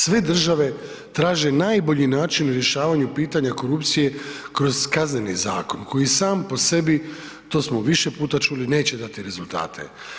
Sve države traže najbolji način u rješavanju pitanja korupcije kroz kazneni zakon, koji sam po sebi, to smo više puta čuli, neće dati rezultate.